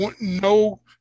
no